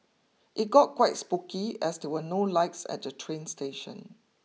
it got quite spooky as there were no lights at the train station